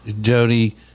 Jody